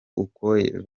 uko